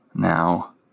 Now